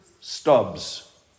stubs